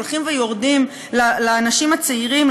הולכים ויורדים לאנשים הצעירים,